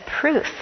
proof